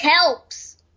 helps